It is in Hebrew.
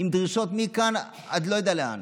עם דרישות מכאן עד לא יודע לאן.